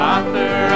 Author